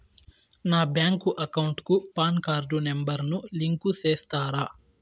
నా bank account కు PAN card number ను లింకు సేస్తారా?